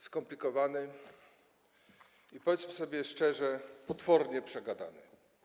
skomplikowany i, powiedzmy sobie szczerze, potwornie przegadany.